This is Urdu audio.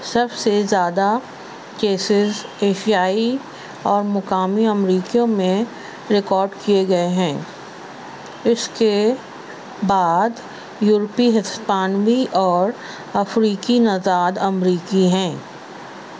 سب سے زیادہ کیسز ایشیائی اور مقامی امریکیوں میں ریکاڈ کیے گئے ہیں اس کے بعد یورپی ہسپانوی اور افریقی نژاد امریکی ہیں